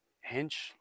Hinch